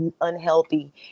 unhealthy